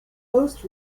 post